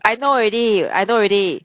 I know already I know already